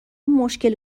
مشکل